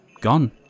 Gone